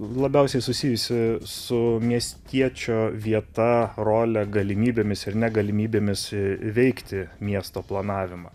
labiausiai susijusi su miestiečio vieta role galimybėmis ir negalimybėmis veikti miesto planavimą